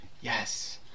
Yes